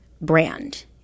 brand